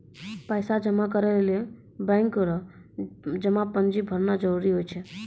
पैसा जमा करै लेली बैंक रो जमा पर्ची भरना जरूरी हुवै छै